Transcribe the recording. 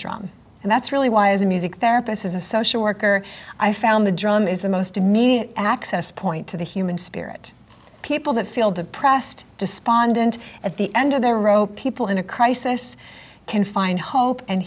drum and that's really why as a music therapist as a social worker i found the drum is the most immediate access point to the human spirit people that feel depressed despondent at the end of their rope people in a crisis can find hope and